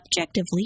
objectively